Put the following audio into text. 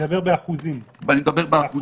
הוא מדבר באחוזים משטחי C. אני מדבר באחוזים.